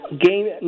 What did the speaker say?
game